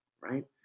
right